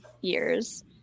years